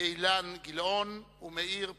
אילן גילאון ומאיר פרוש.